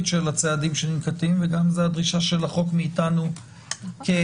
של הצעדים שננקטים וגם זו דרישת החוק מאתנו כהצדקה.